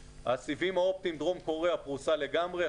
דרום קוריאה פרוסה לגמרי.